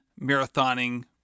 marathoning